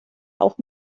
auch